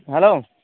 hello